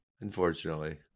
Unfortunately